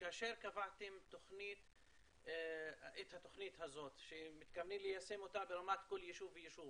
כאשר קבעתם את התוכנית הזאת שמתכוונים ליישם אותן ברמת כל יישוב ויישוב,